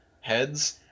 heads